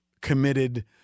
committed